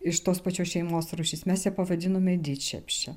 iš tos pačios šeimos rūšis mes pavadinome didšepšė